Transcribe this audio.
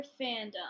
Fandom